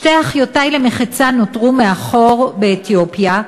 שתי אחיותי למחצה נותרו מאחור, באתיופיה,